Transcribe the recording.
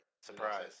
surprise